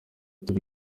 turi